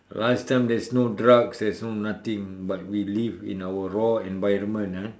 last time there's no drugs there's no nothing but we live in our raw environment ah